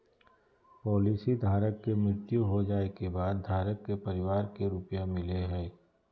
policy धारक के मृत्यु हो जाइ के बाद धारक के परिवार के रुपया मिलेय हइ